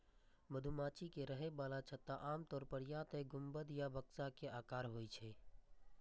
मधुमाछी के रहै बला छत्ता आमतौर पर या तें गुंबद या बक्सा के आकारक होइ छै